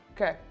Okay